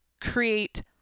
create